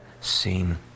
seen